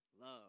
Love